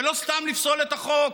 ולא סתם לפסול את החוק.